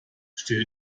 stell